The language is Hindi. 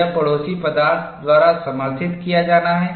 यह पड़ोसी पदार्थ द्वारा समर्थित किया जाना है